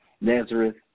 Nazareth